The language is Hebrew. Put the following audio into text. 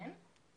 כן.